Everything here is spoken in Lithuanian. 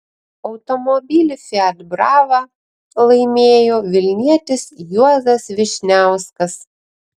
automobilį fiat brava laimėjo vilnietis juozas vyšniauskas